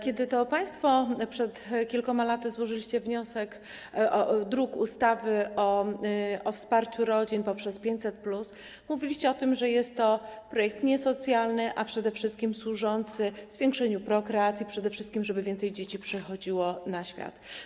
Kiedy to państwo przed kilkoma laty złożyliście wniosek, projekt ustawy o wsparciu rodzin poprzez 500+, mówiliście o tym, że jest to projekt nie socjalny, a przede wszystkim służący zwiększeniu prokreacji, przede wszystkim temu, żeby więcej dzieci przychodziło na świat.